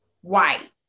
white